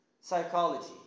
psychology